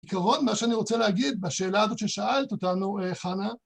בעיקרון, מה שאני רוצה להגיד בשאלה הזאת ששאלת אותנו, חנה,